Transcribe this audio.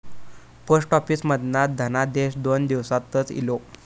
post office मधना धनादेश दोन दिवसातच इलो